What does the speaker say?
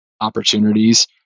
opportunities